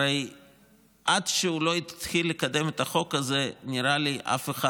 הרי עד שהוא לא התחיל לקדם את החוק הזה אף אחד,